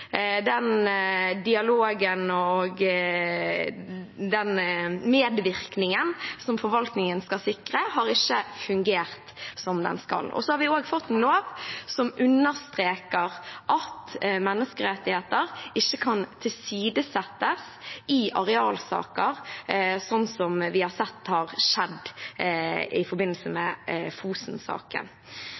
Den dialogen og den medvirkningen som forvaltningen skal sikre, har ikke fungert som den skal. Så har vi også fått en lov som understreker at menneskerettigheter ikke kan tilsidesettes i arealsaker, sånn som vi har sett har skjedd i forbindelse med